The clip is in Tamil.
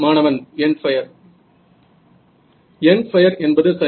மாணவன் எண்ட் பயர் எண்ட் பயர் என்பது சரி